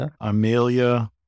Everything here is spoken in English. Amelia